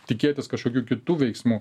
tikėtis kažkokių kitų veiksmų